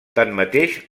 tanmateix